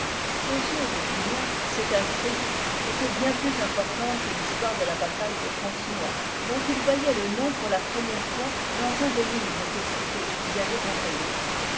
aux yeux de julien cette intrigue était bien plus importante que l'histoire de la bataille de fontenoy dont il voyait le nom pour la première fois dans un des livres que fouqué lui avait envoyés